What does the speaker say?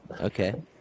Okay